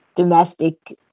domestic